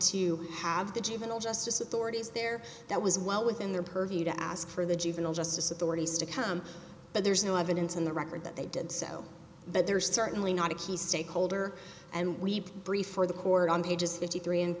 to have the juvenile justice authorities there that was well within their purview to ask for the juvenile justice authorities to come but there's no evidence in the record that they did so but they're certainly not a key stakeholder and we brief for the court on pages fifty three and